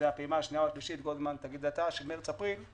או השלישית של מרץ-אפריל,